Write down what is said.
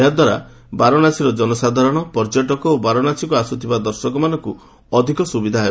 ଏହାଦ୍ୱାରା ବାରାଣସୀର ଜନସାଧାରଣ ପର୍ଯ୍ୟଟକ ଓ ବାରାଣସୀକୁ ଆସୁଥିବା ଦର୍ଶକମାନଙ୍କୁ ଅଧିକ ସୁବିଧା ହେବ